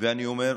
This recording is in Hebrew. ואני אומר: